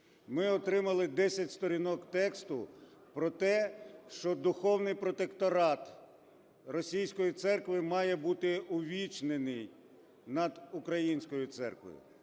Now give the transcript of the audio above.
Ми отримали 10 сторінок тексту про те, що духовний протекторат російської церкви має бути увічнений над українською церквою.